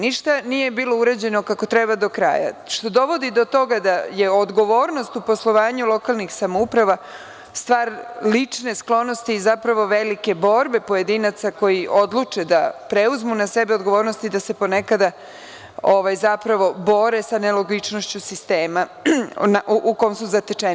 Ništa nije bilo urađeno kako treba do kraja što dovodi do toga da je odgovornost u poslovanju lokalnih samouprava stvar lične sklonosti i zapravo velike borbe pojedinaca koji odluče da preuzmu na sebe odgovornost i da se ponekada zapravo bore sa nelogičnošću sistema u kom su zatečeni.